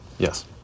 Yes